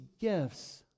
gifts